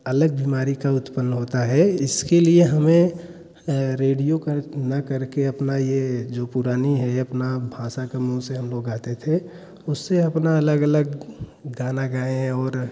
अलग बीमारी का उत्पन्न होता है इसके लिए हमें रेडियो का ना करके अपना यह जो पुरानी है अपना भाषा के मुंह से हम लोग आते थे उससे अपना अलग अलग गए हैं और